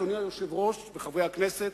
אדוני היושב-ראש וחברי הכנסת,